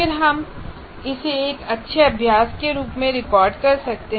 फिर हम इसे एक अच्छे अभ्यास के रूप में रिकॉर्ड कर सकते हैं